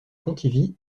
pontivy